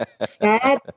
Sad